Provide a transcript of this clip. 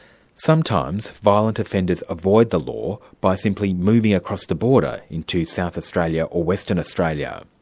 sometimes violent offenders avoid the law by simply moving across the border, into south australia or western australia.